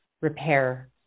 repair